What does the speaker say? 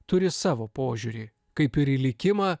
turi savo požiūrį kaip ir į likimą